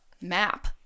map